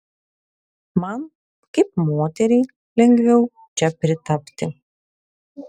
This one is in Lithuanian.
man kaip moteriai lengviau čia pritapti